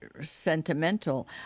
sentimental